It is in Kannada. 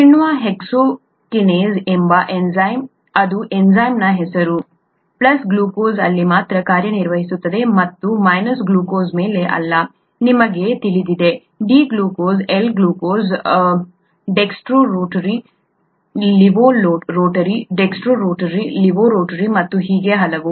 ಕಿಣ್ವ ಹೆಕ್ಸೊಕಿನೇಸ್ ಎಂಬ ಎನ್ಝೈಮ್ ಅದು ಎನ್ಝೈಮ್ನ ಹೆಸರು ಇದು ಪ್ಲಸ್ ಗ್ಲೂಕೋಸ್ ಅಲ್ಲಿ ಮಾತ್ರ ಕಾರ್ಯನಿರ್ವಹಿಸುತ್ತದೆ ಮತ್ತು ಮೈನಸ್ ಗ್ಲೂಕೋಸ್ ಮೇಲೆ ಅಲ್ಲ ನಿಮಗೆ ತಿಳಿದಿದೆ D glucose L glucose dextro rotary ರೋಟರಿdextro rotary levo rotary dextro rotary levo rotary ಮತ್ತು ಹೀಗೆ ಹಲವು